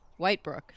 Whitebrook